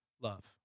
love